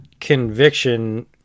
conviction